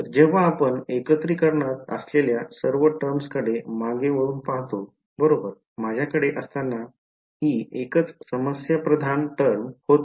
तर जेव्हा आपण एकत्रिकरणात असलेल्या सर्व टर्म्सकडे मागे वळून पाहतो बरोबर माझ्याकडे असताना ही एकच समस्याप्रधान टर्म होती